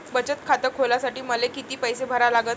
बचत खात खोलासाठी मले किती पैसे भरा लागन?